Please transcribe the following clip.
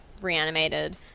reanimated